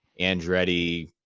Andretti